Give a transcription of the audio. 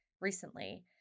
recently